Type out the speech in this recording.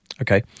Okay